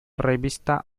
revista